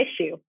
issue